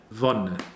Wonne